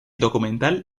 documental